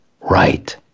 right